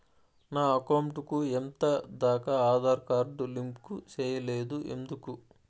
నా అకౌంట్ కు ఎంత దాకా ఆధార్ కార్డు లింకు సేయలేదు ఎందుకు